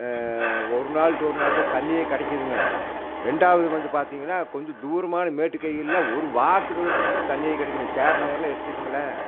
ஒரு நாள் விட்டு ஒரு நாள்ல தண்ணியே கிடைக்குதுங்க ரெண்டாவது வந்து பார்த்தீங்கன்னா கொஞ்ச தூரமான மேட்டுக்கைகள்ல ஒரு வாரத்துக்கு ஒரு ட்ரிப்பு தான் தண்ணியே கிடைக்குங்க சேரன் நகர்லே எடுத்துக்கோங்களேன்